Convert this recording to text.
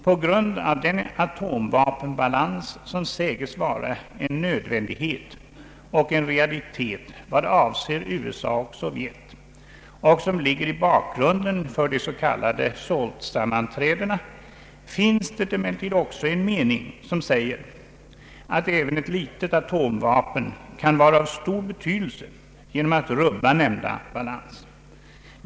På grund av den atomvapenbalans som säges vara en nödvändighet och en realitet vad avser USA och Sovjet och som ligger i bakgrunden för de s.k. SALT-sammanträdena finns det emellertid också en mening som hävdar att även ett litet atomvapen kan vara av stor betydelse genom att rubba nämnda balans.